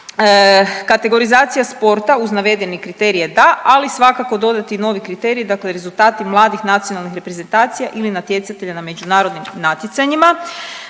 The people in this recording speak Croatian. kategorizacija sporta uz navedeni kriterije da, ali svakako dodati novi kriterij dakle rezultati mladih nacionalnih reprezentacija ili natjecatelja na međunarodnim natjecanjima,